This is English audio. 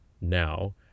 now